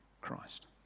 Christ